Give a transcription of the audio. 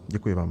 Děkuji vám.